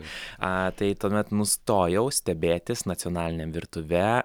a tai tuomet nustojau stebėtis nacionaline virtuve